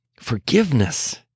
Forgiveness